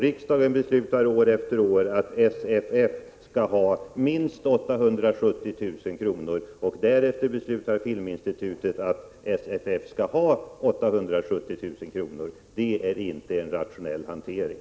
Riksdagen beslutar år efter år att SFF skall ha minst 870 000 kr. — och därefter beslutar filminstitutet att SFF skall ha 870 000 kr. Det är inte en rationell hantering.